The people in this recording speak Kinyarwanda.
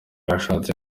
yashatse